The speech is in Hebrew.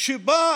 שבא